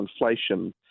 inflation